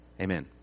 Amen